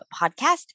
podcast